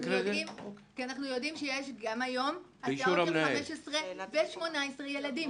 כי אנחנו יודעים שיש גם היום הסעות עם 15 ו-18 ילדים.